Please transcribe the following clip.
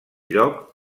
lloc